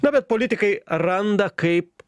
na bet politikai randa kaip